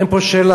אין פה שאלה.